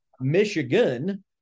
Michigan